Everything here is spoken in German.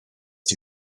die